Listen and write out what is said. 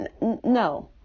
No